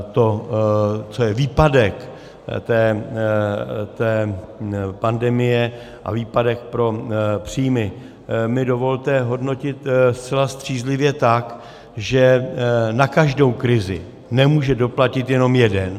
To, co je výpadek té pandemie a výpadek pro příjmy, mi dovolte hodnotit zcela střízlivě tak, že na každou krizi nemůže doplatit jenom jeden.